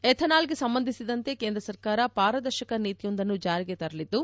ಎಥೆನಾಲ್ಗೆ ಸಂಬಂಧಿಸಿದಂತೆ ಕೇಂದ್ರ ಸರ್ಕಾರ ಪಾರದರ್ಶಕ ನೀತಿಯೊಂದನ್ನು ಜಾರಿಗೆ ತರಲಿದ್ದು